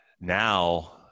now